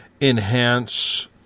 enhance